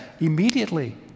immediately